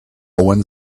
one